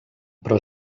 però